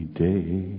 day